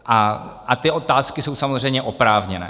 A ty otázky jsou samozřejmě oprávněné.